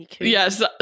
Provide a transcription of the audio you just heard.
yes